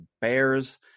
Bears